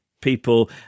people